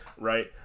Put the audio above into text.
right